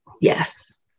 Yes